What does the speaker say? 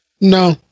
No